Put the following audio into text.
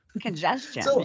congestion